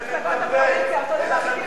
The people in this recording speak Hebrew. ואוצר המלים,